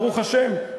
ברוך השם.